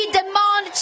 demand